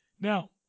Now